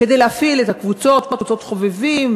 כדי להפעיל את הקבוצות: קבוצות חובבים,